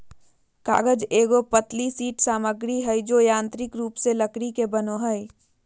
कागज एगो पतली शीट सामग्री हइ जो यांत्रिक रूप से लकड़ी से बनो हइ